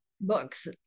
books